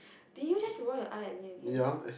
did you just roll your eye at me again